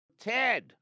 Ted